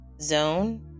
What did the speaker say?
Zone